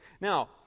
Now